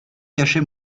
cachait